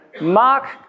Mark